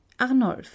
Arnulf